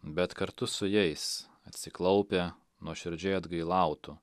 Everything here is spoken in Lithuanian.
bet kartu su jais atsiklaupę nuoširdžiai atgailautų